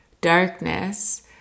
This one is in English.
darkness